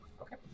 Okay